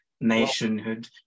nationhood